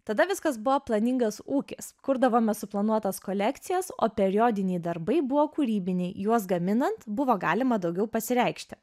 tada viskas buvo planingas ūkis kurdavome suplanuotas kolekcijas o periodiniai darbai buvo kūrybiniai juos gaminant buvo galima daugiau pasireikšti